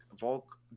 Volk